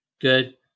good